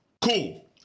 Cool